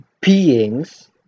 beings